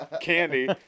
candy